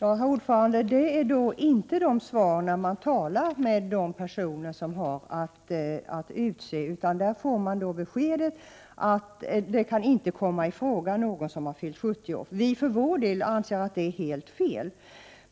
Ik T e gijene. Herr talman! Det svaret får man inte när man talar med de personer som har att utse dessa poster. Man får då beskedet att det inte kan komma i fråga att utse någon som har fyllt 70 år. Vi för vår del anser att det är helt fel.